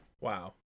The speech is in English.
Wow